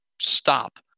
stop